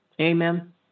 Amen